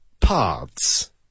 paths